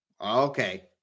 Okay